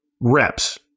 reps